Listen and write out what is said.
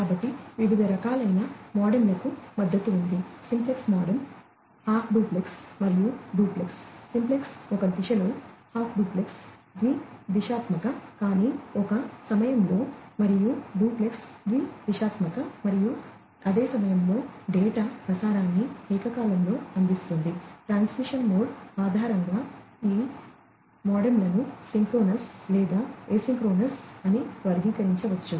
కాబట్టి వివిధ రకాలైన మోడెమ్లకు మద్దతు ఉంది సింప్లెక్స్ మోడెమ్ అని వర్గీకరించవచ్చు